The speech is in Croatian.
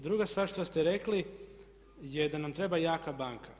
Druga stvar što ste rekli je da nam treba jaka banka.